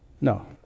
No